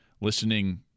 listening